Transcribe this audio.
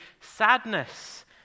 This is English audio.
sadness